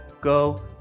go